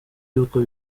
yuko